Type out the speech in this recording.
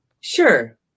Sure